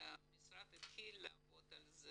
כשהמשרד התחיל לעבוד על זה,